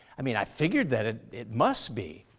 i mean, i figured that it it must be.